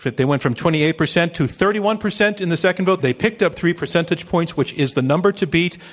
they went from twenty eight percent to thirty one percent in the second vote. that's they picked up three percentage points, which is the number to beat.